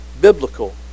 biblical